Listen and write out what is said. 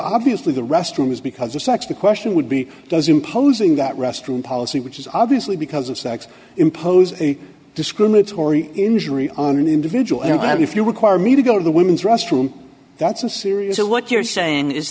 obviously the restroom is because of sex the question would be does imposing that restroom policy which is obviously because of sex impose a discriminatory injury on an individual and that if you require me to go to the women's restroom that's and so what you're saying is